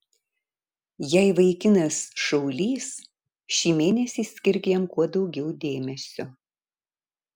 jei vaikinas šaulys šį mėnesį skirk jam kuo daugiau dėmesio